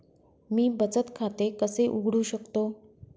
मी बचत खाते कसे उघडू शकतो?